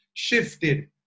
shifted